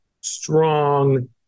strong